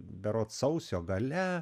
berods sausio gale